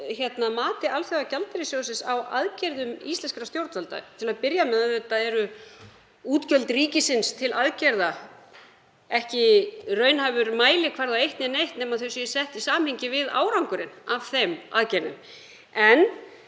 af mati Alþjóðagjaldeyrissjóðsins á aðgerðum íslenskra stjórnvalda, að til að byrja með eru útgjöld ríkisins til aðgerða ekki raunhæfur mælikvarði á eitt né neitt nema þau séu sett í samhengi við árangurinn af þeim aðgerðum. En